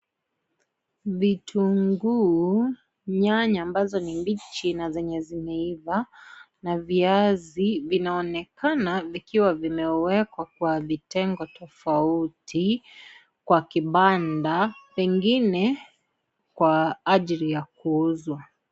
Vitunguu, nyanya ambazo ni mbichi na zenye zimeiva na viazi vinaonekana vikiwa vimewekwa kwa vitengo tofauti kwa kibanda pengine kwa ajili ya kuuzwa.